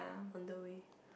on the way